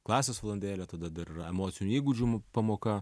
klasės valandėlė tada dar emocinių įgūdžių pamoka